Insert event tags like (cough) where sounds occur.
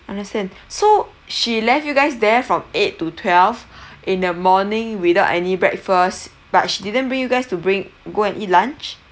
understand so she left you guys there from eight to twelve (breath) in the morning without any breakfast but she didn't bring you guys to bring go and eat lunch